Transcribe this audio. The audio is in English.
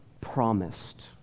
promised